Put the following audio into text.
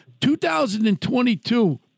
2022—